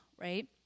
right